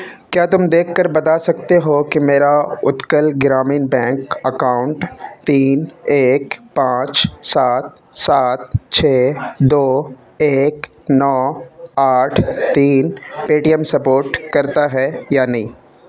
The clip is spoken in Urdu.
کیا تم دیکھ کر بتا سکتے ہو کہ میرا اتکل گرامین بینک اکاؤنٹ تین ایک پانچ سات سات چھ دو ایک نو آٹھ تین پے ٹی ایم سپوٹ کرتا ہے یا نہیں